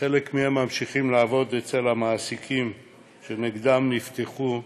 וחלק מהם ממשיכים לעבוד אצל המעסיקים שנגדם נפתחו התיקים.